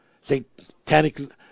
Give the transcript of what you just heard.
Satanic